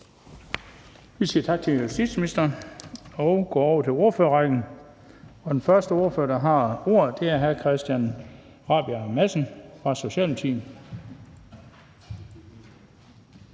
Vi siger tak til justitsministeren og går over til ordførerrækken. Den første ordfører, der har ordet, er hr. Christian Rabjerg Madsen fra Socialdemokratiet.